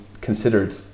considered